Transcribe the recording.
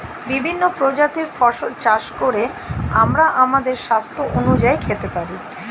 বিভিন্ন প্রজাতির ফসল চাষ করে আমরা আমাদের স্বাস্থ্য অনুযায়ী খেতে পারি